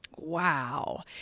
wow